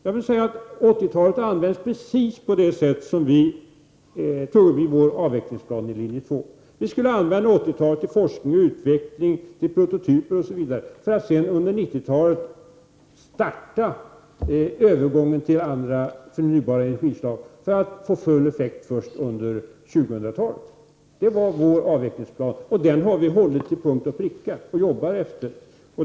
Jag vill säga att 80-talet användes precis på det vis som vi föreslog i vår avvecklingsplan i linje 2. Vi skulle använda 80 talet för forskning och utveckling och för att utveckla prototyper osv. för att redan under 90-talet starta övergången till andra förnybara energislag, för att få full effekt först på 2000-talet. Det var vår avvecklingsplan, och den har vi hållit till punkt och pricka och arbetat efter.